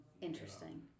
Interesting